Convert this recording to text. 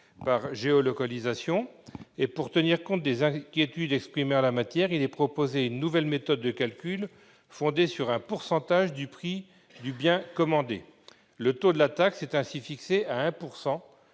par géolocalisation. Toutefois, pour tenir compte des inquiétudes exprimées en la matière, il est proposé une nouvelle méthode de calcul fondée sur un pourcentage du prix du bien commandé. Le taux de la taxe est ainsi fixé à 1